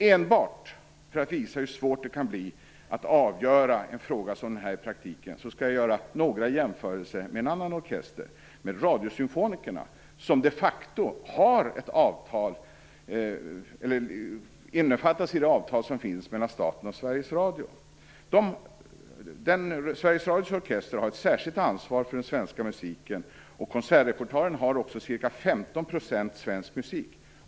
Enbart för att visa hur svårt det kan bli att avgöra en fråga som den här i praktiken skall jag göra några jämförelser med en annan orkester, nämligen Radiosymfonikerna, som de facto innefattas i det avtal som finns mellan staten och Sveriges Radio. Sveriges Radios orkester har ett särskilt ansvar för den svenska musiken, och konsertrepertoaren innehåller också ca 15 % svensk musik.